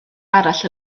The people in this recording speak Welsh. arall